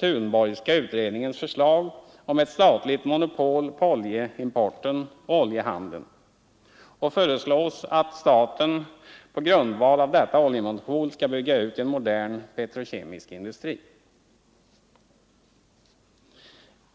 Thunborgska utredningens förslag om ett statligt monopol på oljeimporten och oljehandeln och föreslås att staten på grundval av detta oljemonopol skall bygga ut en modern petrokemisk industri.